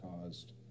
caused